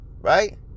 right